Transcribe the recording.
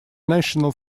national